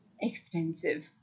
expensive